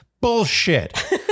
Bullshit